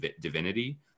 divinity